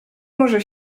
może